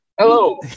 Hello